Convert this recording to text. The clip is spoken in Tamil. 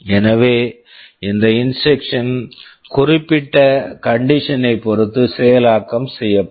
எனவே இந்த இன்ஸ்ட்ரக்க்ஷன்ஸ் instruction குறிப்பிட்ட கண்டிஷன் condition ஐப் பொறுத்து செயலாக்கம் செய்யப்படும்